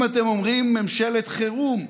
אם אתם אומרים "ממשלת חירום",